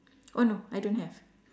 oh no I don't have